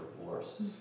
divorce